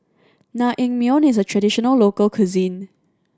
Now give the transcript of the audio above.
naengmyeon is a traditional local cuisine